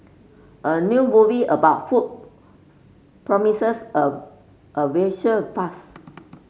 a new movie about food promises a a visual fast